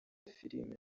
filime